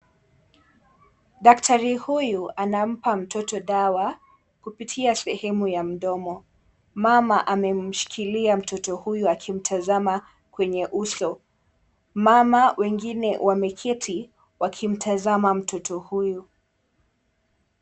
Daktari huyu anampa mtoto dawa kupitia sehemu ya mdomo. Mama amemshikilia mtoto huyu akimtazama kwenye uso. Mama wengine wameketi wakimtazama mtoto huyu.